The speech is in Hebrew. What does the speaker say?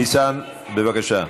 ניסן, בבקשה.